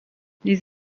les